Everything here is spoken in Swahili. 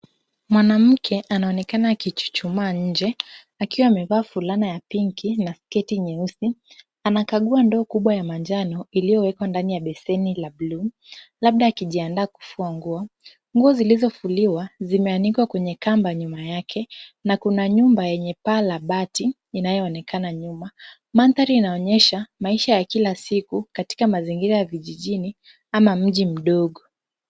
Mwanamke anaonekana akichuchuma nje akiwa amevaa fulana ya pinki na sketi nyeusi, anakagua ndoo kubwa ya manjano iliyowekwa ndani ya beseni la bluu, labda akijiandaa kufua nguo, nguo zilizofulia zimeanikwa kwenye kamba nyuma yake na kuna nyumba yenye paa la bati inayoonekana nyuma. Mandhari inaonyesha maisha ya kila siku katika mazingira ya vijijini ama mji mdogo.